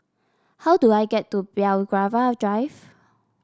how do I get to Belgravia Drive